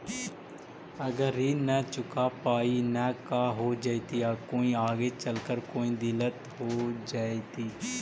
अगर ऋण न चुका पाई न का हो जयती, कोई आगे चलकर कोई दिलत हो जयती?